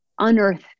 unearth